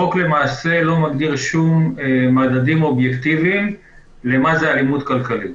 החוק למעשה לא מגדיר שום מדדים אובייקטיביים מהי אלימות כלכלית.